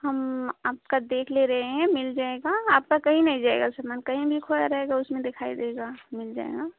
हम आपका देख ले रहे हैं मिल जायेगा आपका कहीं नहीं जायेगा समान कहीं नहीं खोया रहेगा उसमें दिखाई देगा मिल जायेगा